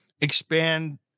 expand